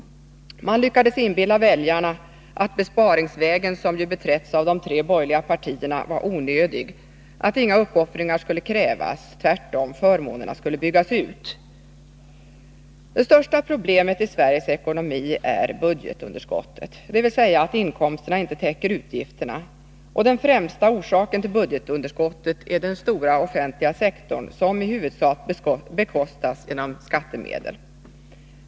Man lyckades inbilla väljarna att besparingsvägen, som ju beträtts av de tre borgerliga partierna, var onödig, att inga uppoffringar skulle krävas — tvärtom, förmånerna skulle byggas ut. Det största problemet i Sveriges ekonomi är budgetunderskottet, dvs. att inkomsterna inte täcker utgifterna, och den främsta orsaken till budgetunderskottet är den stora offentliga sektorn som i huvudsak bekostas genom skattemedel.